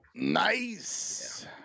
Nice